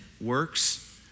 works